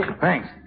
Thanks